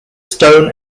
stone